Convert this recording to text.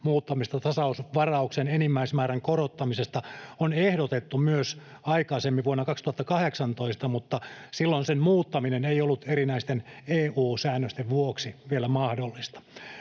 muuttamista tasausvarauksen enimmäismäärän korottamiseksi on ehdotettu myös aikaisemmin vuonna 2018, mutta silloin sen muuttaminen ei ollut erinäisten EU-säännösten vuoksi vielä mahdollista.